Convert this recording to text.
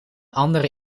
andere